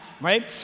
Right